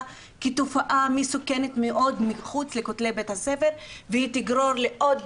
כתופעה מסוכנת מאוד מחוץ לכתלי בית הספר והיא תגרור לעוד